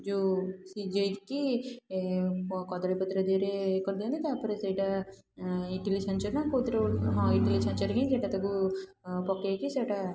ଯେଉଁ ସିଝେଇକି କଦଳୀପତ୍ର ଦେହରେ ଇଏ କରିଦିଅନ୍ତି ତା'ପରେ ସେଇଟା ଇଟିଲି ଛାଞ୍ଚ ନା କେଉଁଥିରେ ଗୋଟେ ହଁ ଇଟିଲି ଛାଞ୍ଚରେ ହି ସେଇଟା ତାକୁ ପକେଇକି ସେଇଟା